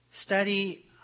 study